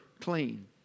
clean